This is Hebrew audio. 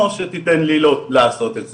או שתיתן לי לעשות את זה.